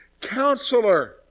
Counselor